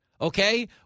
okay